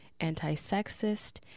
anti-sexist